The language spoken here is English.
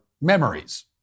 memories